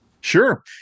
Sure